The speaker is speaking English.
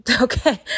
Okay